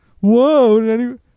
Whoa